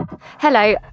Hello